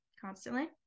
constantly